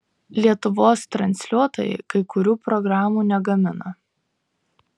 lietuvos transliuotojai kai kurių programų negamina